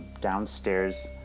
downstairs